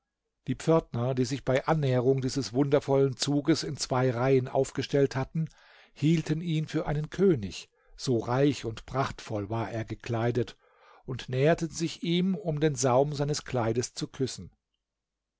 die pförtner die sich bei annäherung dieses wundervollen zuges in zwei reihen aufgestellt hatten hielten ihn für einen könig so reich und prachtvoll war er gekleidet und näherten sich ihm um den saum seines kleides zu küssen